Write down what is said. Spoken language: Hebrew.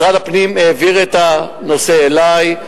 משרד הפנים העביר את הנושא אלי,